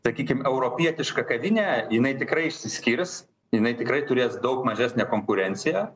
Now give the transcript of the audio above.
sakykim europietišką kavinę jinai tikrai išsiskirs jinai tikrai turės daug mažesnę konkurenciją